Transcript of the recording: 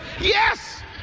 Yes